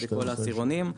לכל העשירונים,